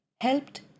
helped